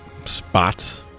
spots